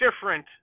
different